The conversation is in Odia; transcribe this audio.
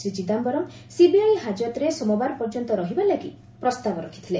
ଶ୍ରୀ ଚିଦାୟରମ୍ ସିବିଆଇ ହାଜତରେ ସୋମବାର ପର୍ଯ୍ୟନ୍ତ ରହିବା ଲାଗି ପ୍ରସ୍ତାବ ରଖିଥିଲେ